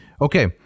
Okay